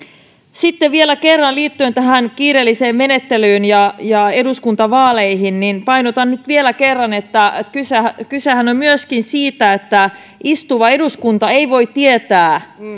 sitten vielä kerran liittyen tähän kiireelliseen menettelyyn ja ja eduskuntavaaleihin painotan nyt vielä kerran että kysehän kysehän on myöskin siitä että istuva eduskunta ei voi tietää